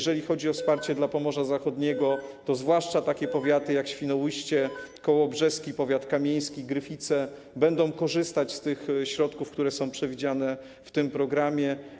Jeżeli chodzi o wsparcie dla Pomorza Zachodniego, to zwłaszcza takie powiaty jak: Świnoujście, kołobrzeski, kamieński, gryficki będą korzystać ze środków, które są przewidziane w tym programie.